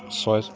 ছয়